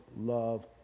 love